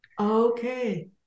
Okay